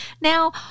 Now